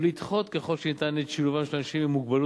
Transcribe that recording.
הוא לדחות ככל שניתן את שילובם של אנשים עם מוגבלות